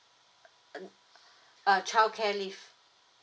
uh um ugh uh childcare leave